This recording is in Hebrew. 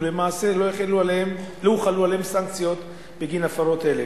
ולמעשה לא הוחלו עליהם סנקציות בגין הפרות אלה.